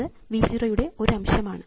അത് V 0 യുടെ ഒരു അംശമാണ്